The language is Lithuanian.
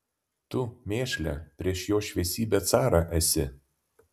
tu mėšle prieš jo šviesybę carą esi